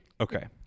Okay